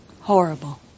Horrible